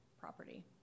property